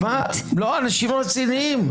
לא, אנשים רציניים.